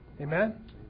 Amen